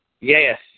Yes